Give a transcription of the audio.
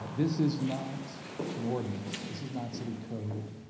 this is not an ordinance, this is not city code